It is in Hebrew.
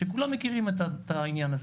שכולם מכירים את העניין הזה.